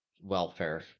welfare